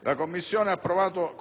La Commissione ha approvato